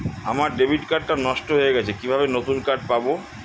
আমার debit card টা নষ্ট হয়ে গেছে কিভাবে নতুন কার্ড পাব?